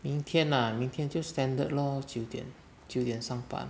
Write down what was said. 明天呐明天就 standard lor 九点九点上班